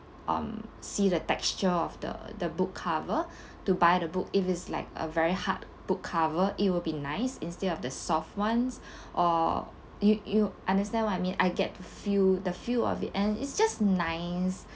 um see the texture of the the book cover to buy the book if it's like a very hard book cover it will be nice instead of the soft ones or you you understand what I mean I get to feel the feel of it and it's just nice